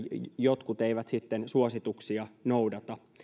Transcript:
jotkut eivät sitten suosituksia noudata